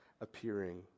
appearing